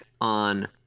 on